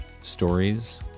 stories